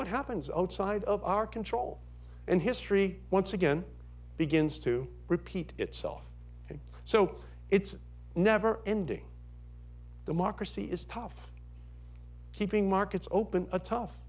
what happens old side of our control and history once again begins to repeat itself and so it's never ending democracy is tough keeping markets open a tough